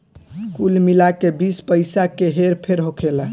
कुल मिला के बीस पइसा के हेर फेर होखेला